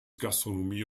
gastronomie